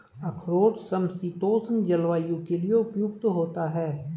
अखरोट समशीतोष्ण जलवायु के लिए उपयुक्त होता है